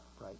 right